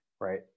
right